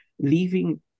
leaving